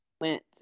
went